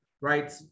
right